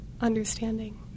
understanding